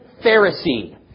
Pharisee